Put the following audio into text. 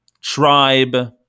tribe